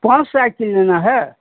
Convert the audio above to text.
कौन साइकिल लेना है